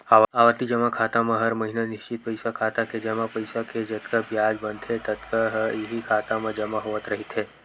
आवरती जमा खाता म हर महिना निस्चित पइसा खाता के जमा पइसा के जतका बियाज बनथे ततका ह इहीं खाता म जमा होवत रहिथे